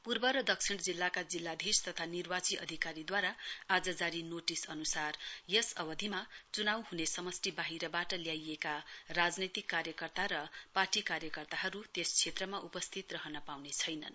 पूर्व र दक्षिण जिल्लाका जिल्लाधीश तथा निर्वाची अधिकारीद्वारा आज जारी नोटिस अन्सार यस अवधिमा च्नाउ ह्ने समष्टि वाहिरबाट ल्याइएका राजनैतिक कार्यकर्ता र पार्टी कार्यकताहरू त्सय क्षेत्रमा उपस्थित रहन पाउने छैनन्